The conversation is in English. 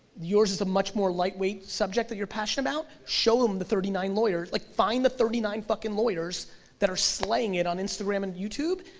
yours is a more lightweight subject that you're passionate about, show them the thirty nine lawyers, like find the thirty nine fucking lawyers that are slaying it on instagram and youtube,